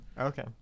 Okay